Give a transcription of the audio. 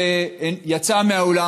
שיצא מהאולם: